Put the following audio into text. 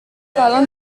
par